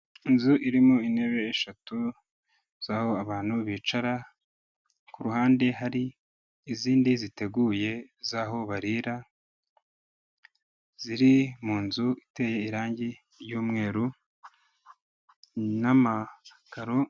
Inzu irimo intebe eshatu z'aho abantu bicara, ku ruhande hari izindi ziteguye z'aho barira, ziri mu nzu iteye irangi ry'umweru n'amakaro.